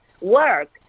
work